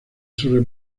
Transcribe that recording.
sus